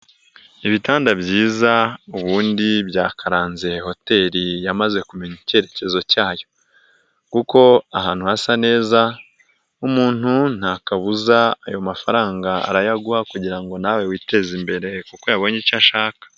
Ibitanda byiza ubundi byakaranze hoteli yamaze kumenya icyerekezo cyayo, kuko ahantu hasa neza umuntu nta kabuza ayo mafaranga arayaguha kugira ngo nawe witeze imbere kuko yabonye icyo ashaka.